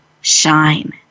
shine